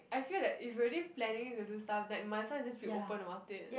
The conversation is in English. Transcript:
I feel that if you already planning to do stuff like might as well just be open about it